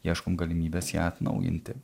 ieškom galimybės ją atnaujinti